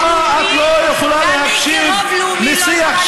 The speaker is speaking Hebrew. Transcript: חברת הכנסת ענת ברקו, גם את רוצה לצאת?